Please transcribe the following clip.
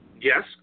Yes